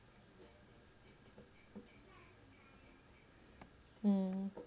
mm